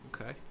Okay